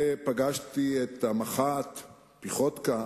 ופגשתי את המח"ט פיחוטקה.